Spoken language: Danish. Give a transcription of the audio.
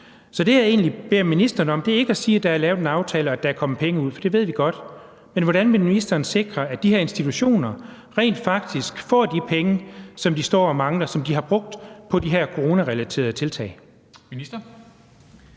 Så det, jeg egentlig beder ministeren om, er ikke at sige, at der er lavet en aftale, og at der er kommet penge ud, for det ved vi godt. Men hvordan vil ministeren sikre, at de her institutioner rent faktisk får de penge, som de står og mangler, og som de har brugt på de her coronarelaterede tiltag?